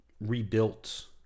rebuilt